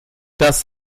das